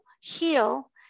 heal